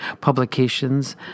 publications